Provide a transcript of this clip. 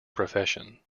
profession